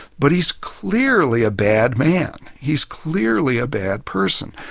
but he's clearly a bad man. he's clearly a bad person.